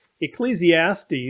Ecclesiastes